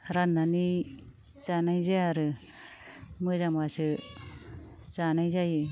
राननानै जानाय जाया आरो मोजांबासो जानाय जायो